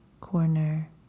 corner